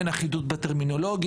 אין אחידות בטרמינולוגיה,